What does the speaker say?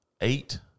eight